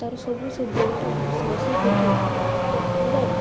ତାର ସବୁ ସେ ଯେଉଁଟା ସେ ରୋଷେଇ କରୁଥିବା ସେଇଟା ପୁରା